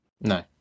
No